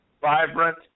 vibrant